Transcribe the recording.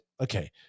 okay